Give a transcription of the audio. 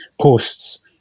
posts